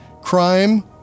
Crime